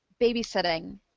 babysitting